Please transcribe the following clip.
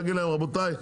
להגיד להם: רבותיי,